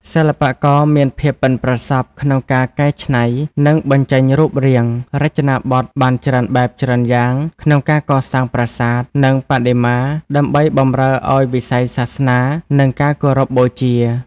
សិល្បករមានភាពប៉ិនប្រសប់ក្នុងការ កែច្នៃ និងបញ្ចេញរូបរាង រចនាបថបានច្រើនបែបច្រើនយ៉ាង ក្នុងការកសាងប្រាសាទ និងបដិមា ដើម្បីបម្រើឱ្យវិស័យសាសនា និងការគោរពបូជា។